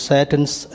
Satan's